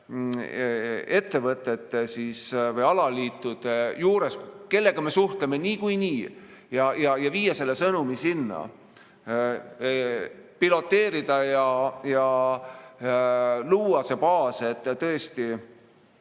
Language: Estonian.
ettevõtete või alaliitude juures, kellega me suhtleme niikuinii, ja viia selle sõnumi sinna. Tuleb piloteerida ja luua see baas, et tõesti